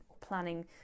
planning